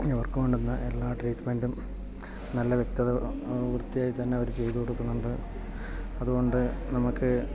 ഇവർക്ക് വേണ്ടുന്ന എല്ലാ ട്രീറ്റ്മെൻറ്റും നല്ല വ്യക്തത വൃത്തിയായി തന്നെ അവർ ചെയ്ത് കൊടുക്കുന്നുണ്ട് അതുകൊണ്ട് നമുക്ക്